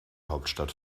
hauptstadt